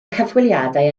cyfweliadau